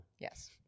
Yes